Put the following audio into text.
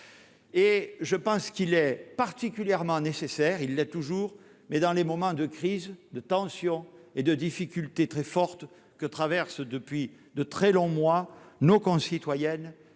Et je pense qu'il est particulièrement nécessaire, il l'est toujours mais dans les moments de crise, de tension et de difficulté très forte que traverse depuis de très longs mois nos concitoyennes